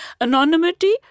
anonymity